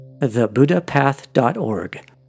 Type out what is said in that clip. thebuddhapath.org